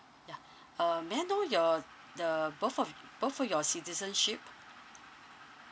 yeah um may I know your the both of y~ both of your citizenship